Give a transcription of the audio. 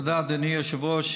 תודה, אדוני היושב-ראש.